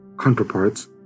counterparts